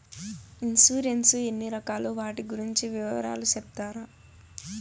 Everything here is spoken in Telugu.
ఇన్సూరెన్సు ఎన్ని రకాలు వాటి గురించి వివరాలు సెప్తారా?